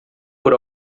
por